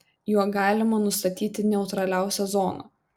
juo galima nustatyti neutraliausią zoną